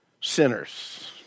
sinners